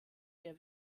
der